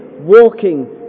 walking